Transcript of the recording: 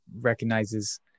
recognizes